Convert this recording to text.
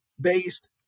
based